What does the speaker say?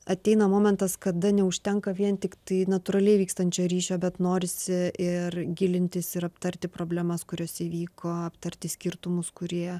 ateina momentas kada neužtenka vien tiktai natūraliai vykstančią ryšio bet norisi ir gilintis ir aptarti problemas kurios įvyko aptarti skirtumus kurie